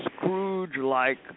Scrooge-like